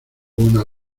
una